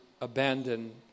abandon